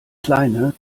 kleine